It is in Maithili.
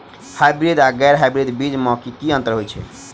हायब्रिडस आ गैर हायब्रिडस बीज म की अंतर होइ अछि?